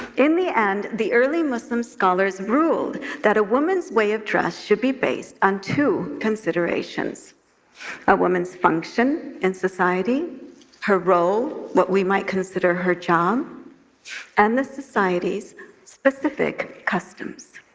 in the end, the early muslim scholars ruled that a woman's way of dress should be based on two considerations a woman's function in society her role, what we might consider her job and the society's specific customs.